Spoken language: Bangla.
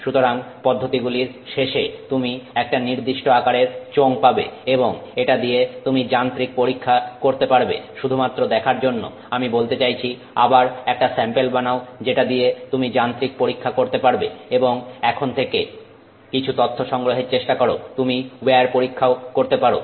সুতরাং পদ্ধতিগুলির শেষে তুমি একটা নির্দিষ্ট আকারের চোঙ পাবে এবং এটা দিয়ে তুমি যান্ত্রিক পরীক্ষা করতে পারবে শুধুমাত্র দেখার জন্য আমি বলতে চাইছি আবার একটা স্যাম্পেল বানাও যেটা দিয়ে তুমি যান্ত্রিক পরীক্ষা করতে পারবে এবং এখন থেকে কিছু তথ্য সংগ্রহের চেষ্টা করো তুমি উইয়ার পরীক্ষাও করতে পারো